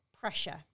Pressure